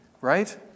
Right